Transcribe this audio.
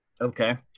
Okay